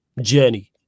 journey